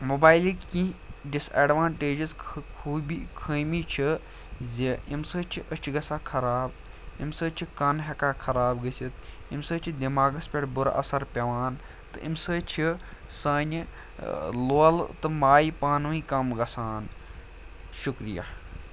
موبایلٕکۍ کیٚنٛہہ disadvantages خوٗبی خٲمی چھِ زِ اَمہِ سۭتۍ چھِ أچھ گژھان خراب اَمہِ سۭتۍ چھِ کَن ہٮ۪کان خراب گٔژھِتھ اَمہِ سۭتۍ چھِ دٮ۪ماغَس پٮ۪ٹھ بُرٕ اَثر پٮ۪وان تہٕ اَمہِ سۭتۍ چھِ سانہِ لولہٕ تہٕ مایہِ پانہٕ ؤنۍ کم گژھان شُکریہ